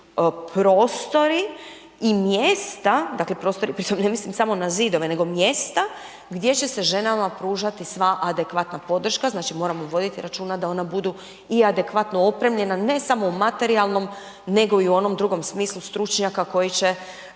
prostori i mjesta, dakle prostori, pri tome ne mislim samo na zidove nego mjesta gdje će se ženama pružati sva adekvatna podrška. Znači moramo voditi računa da ona budu i adekvatno opremljena, ne samo u materijalnom nego i u onom drugom smislu stručnjaka koji će